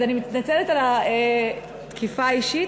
אז אני מתנצלת על התקיפה האישית,